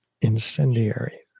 incendiary